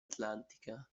atlantica